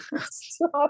Stop